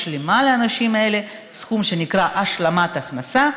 משלימה לאנשים האלה בסכום שנקרא השלמת הכנסה.